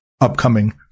upcoming